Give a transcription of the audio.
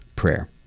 prayer